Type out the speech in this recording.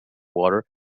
water